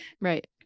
right